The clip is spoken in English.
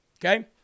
Okay